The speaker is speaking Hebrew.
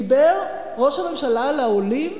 דיבר ראש הממשלה על העולים,